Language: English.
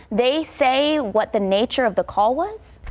they say what the nature of the call once.